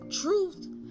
truth